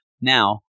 Now